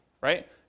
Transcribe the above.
right